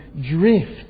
drift